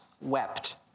wept